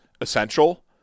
essential